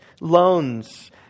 loans